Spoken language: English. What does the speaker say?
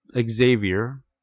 Xavier